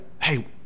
hey